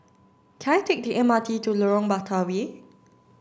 can I take the M R T to Lorong Batawi